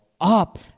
up